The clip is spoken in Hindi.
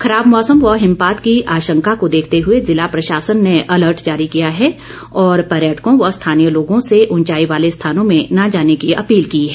खराब मौसम व हिमपात की आशंका को देखते हुए जिला प्रशासन ने अलर्ट जारी किया है और पर्यटकों व स्थानीय लोगों से उंचाई वाले स्थानों में न जाने की अपील की है